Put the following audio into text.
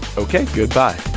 ok, goodbye